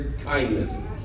kindness